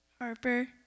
Harper